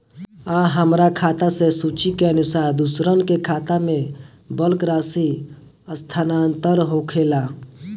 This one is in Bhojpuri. आ हमरा खाता से सूची के अनुसार दूसरन के खाता में बल्क राशि स्थानान्तर होखेला?